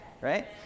Right